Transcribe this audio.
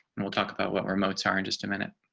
and we'll talk about what we're mozart in just a minute.